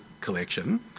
collection